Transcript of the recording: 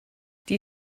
die